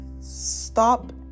stop